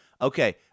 Okay